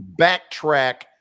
backtrack